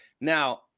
Now